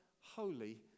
holy